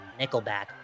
Nickelback